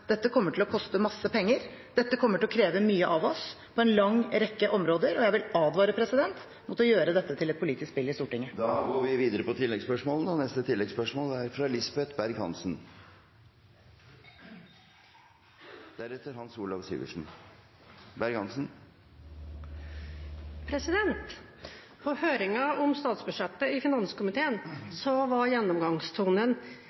Dette kommer til å koste masse penger. Dette kommer til å kreve mye av oss på en lang rekke områder, og jeg vil advare mot å gjøre dette til et politisk spill i Stortinget. Det åpnes for oppfølgingsspørsmål – først Lisbeth Berg-Hansen. På høringen om statsbudsjettet i finanskomiteen var gjennomgangstonen at i forslaget til statsbudsjett er oljepengebruken svært høy. Advarslene om å øke eller videreføre var